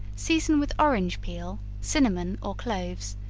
season with orange peel, cinnamon or cloves,